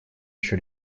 еще